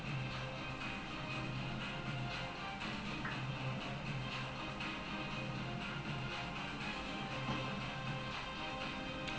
but like no தவறுனு சொல்லிட்டு இருந்தேன்:thavarunu sollittu irunthaen you know there is another rule like the thing open play or something cannot come into the box before the time taken right but that always happens and they don't check for that